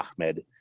Ahmed